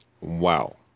Wow